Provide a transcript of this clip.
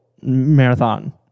marathon